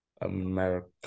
America